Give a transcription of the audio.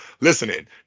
listening